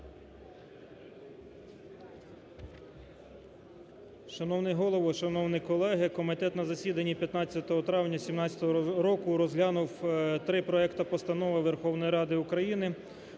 Шановний Голово! Шановні колеги! Комітет на засіданні 15 травня 2017 року розглянув три проекти Постанови Верховної Ради України